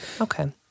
Okay